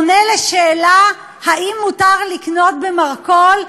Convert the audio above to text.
עונה לשאלה האם מותר לקנות במרכול,